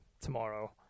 tomorrow